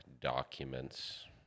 documents